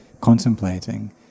contemplating